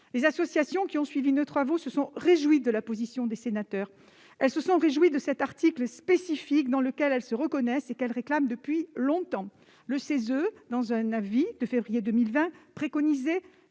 Les associations qui ont suivi nos travaux se sont réjouies de la position des sénateurs et de cet article spécifique, dans lequel elles se reconnaissent et qu'elles réclament depuis longtemps. Le CESE, dans un avis de février 2020, préconisait